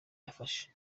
yafashe